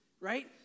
right